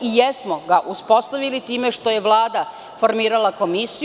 I jesmo ga uspostavili time što je Vlada formirala Komisiju.